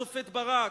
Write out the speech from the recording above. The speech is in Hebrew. השופט ברק.